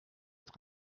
être